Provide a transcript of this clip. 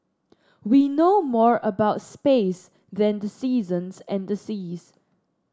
we know more about space than the seasons and the seas